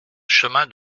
chemin